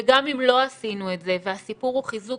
וגם אם לא עשינו את זה והסיפור הוא חיזוק